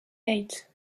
eight